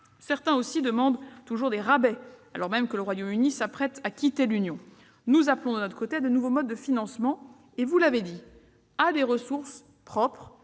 Certains demandent toujours des rabais, alors même que le Royaume-Uni s'apprête à quitter l'Union européenne. Nous appelons, de notre côté, à de nouveaux modes de financement et à des ressources propres